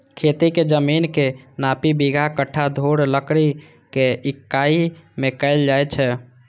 खेतीक जमीनक नापी बिगहा, कट्ठा, धूर, धुड़की के इकाइ मे कैल जाए छै